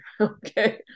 Okay